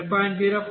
15 మరియు 0